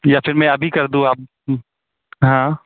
या फिर मैं अभी कर दूँ आप हाँ